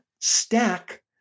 stack